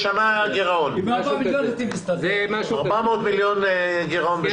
גירעון של 400 מיליון בשנה.